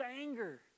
anger